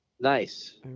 Nice